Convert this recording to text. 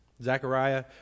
Zechariah